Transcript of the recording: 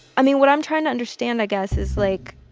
i mean, what i'm trying to understand, i guess, is, like,